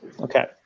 Okay